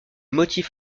motifs